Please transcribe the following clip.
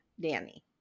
Danny